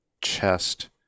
chest